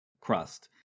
crust